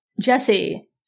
Jesse